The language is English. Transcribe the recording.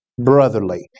brotherly